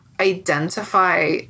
identify